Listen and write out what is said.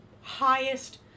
highest